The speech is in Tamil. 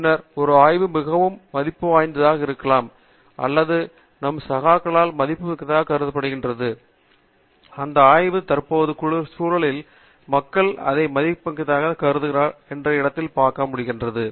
பின்னர் ஒரு ஆய்வு மிகவும் மதிப்பு வாய்ந்ததாக இருக்கலாம் அல்லது நம் சகாக்களால் மதிப்புமிக்கதாகக் கருதப்படுகிறது அந்த ஆய்வில் தற்போதைய சூழலில் மக்கள் அதை மதிப்புமிக்கதாகக் கருதும் இடத்தில் காண முடிகிறது